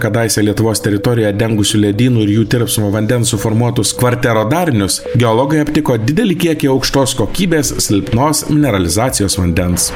kadaise lietuvos teritoriją dengusių ledynų ir jų tirpsmo vandens suformuotus kvartero darinius geologai aptiko didelį kiekį aukštos kokybės silpnos mineralizacijos vandens